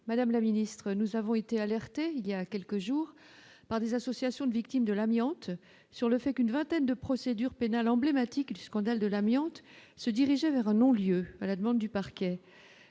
madame la ministre, nous avons été alertés il y a quelques jours par des associations de victimes de l'amiante sur le fait qu'une vingtaine de procédures pénales emblématique du scandale de l'amiante se diriger vers un non-lieu à la demande du parquet,